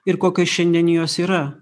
ir kokios šiandien jos yra